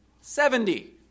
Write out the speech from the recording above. Seventy